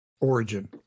origin